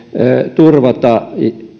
turvata